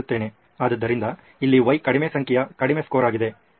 ಆದ್ದರಿಂದ ಇಲ್ಲಿ Y ಕಡಿಮೆ ಸಂಖ್ಯೆಯ ಕಡಿಮೆ ಸ್ಕೋರ್ ಆಗಿದೆ